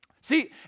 See